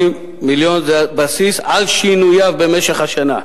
מיליון זה הבסיס על שינוייו במשך השנה.